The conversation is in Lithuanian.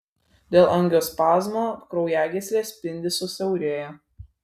dėl angiospazmo kraujagyslės spindis susiaurėja